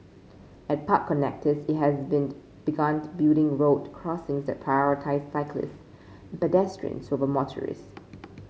at park connectors it has begun building road crossing that prioritise cyclists and pedestrians over motorists